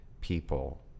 people